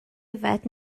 yfed